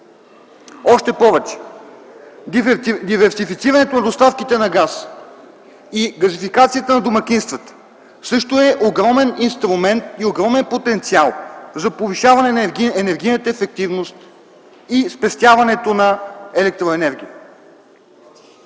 Още повече, диверсифицирането на доставките на газ и газификацията на домакинствата също е огромен инструмент и огромен потенциал за повишаване на енергийната ефективност и спестяването на електроенергия.